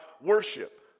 worship